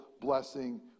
blessing